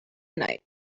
night